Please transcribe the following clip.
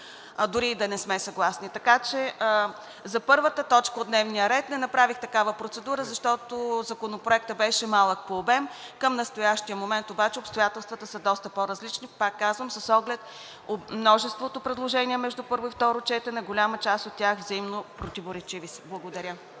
дори и да не сме съгласни. За първата точка от дневния ред не направих такава процедура, защото Законопроектът беше малък по обем, към настоящия обем обаче обстоятелствата са доста по-различни. Пак казвам: с оглед множеството предложения между първо и второ четене голяма част от тях взаимно противоречиви. Благодаря.